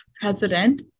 president